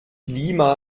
lima